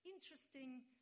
interesting